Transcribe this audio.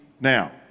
now